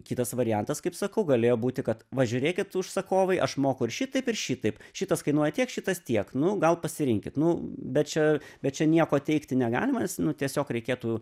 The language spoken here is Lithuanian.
kitas variantas kaip sakau galėjo būti kad va žiūrėkit užsakovai aš moku ir šitaip ir šitaip šitas kainuoja tiek šitas tiek nu gal pasirinkit nu bet čia bet čia nieko teigti negalima nes nu tiesiog reikėtų